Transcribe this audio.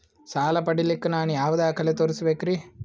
ಸಾಲ ಪಡಿಲಿಕ್ಕ ನಾನು ಯಾವ ದಾಖಲೆ ತೋರಿಸಬೇಕರಿ?